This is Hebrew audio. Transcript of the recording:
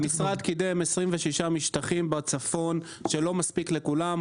המשרד קידם 26 משטחים בצפון שלא מספיקים לכולם.